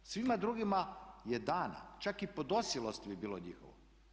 Svima drugima je dan, čak i podosilosti bi bilo njihovo.